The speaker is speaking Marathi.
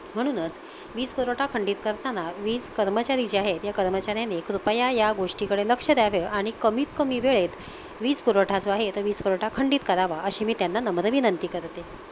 म्हणूनच वीज पुरवठा खंडित करताना वीज कर्मचारी जे आहे या कर्मचाऱ्यांनी कृपया या गोष्टीकडे लक्ष द्यावं आणि कमीत कमी वेळेत वीज पुरवठा जो आहे तो वीज पुरवठा खंडित करावा अशी मी त्यांना नम्र विनंती करते